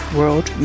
World